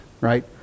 right